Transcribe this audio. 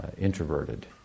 introverted